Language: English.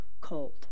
cold